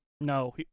No